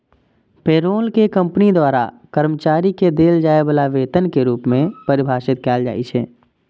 payroll कें company द्वारा कर्मचारी कें देल जाय बला वेतन के रूप मे परिभाषित कैल जाइ छै